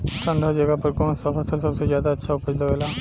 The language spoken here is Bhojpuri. ठंढा जगह पर कौन सा फसल सबसे ज्यादा अच्छा उपज देवेला?